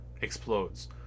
explodes